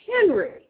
Henry